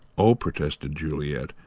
oh, protested juliet.